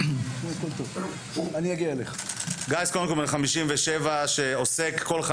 אתה מדבר אני מכבד אותך אני בטוח שאתה עושה את